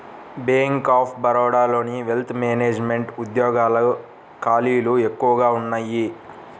bank of బరోడాలోని wealth management ఉద్యోగాల ఖాళీలు ఎక్కువగా ఉన్నయ్యి